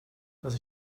dass